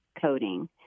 coding